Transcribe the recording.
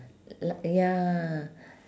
lik~ ya